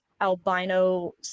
albino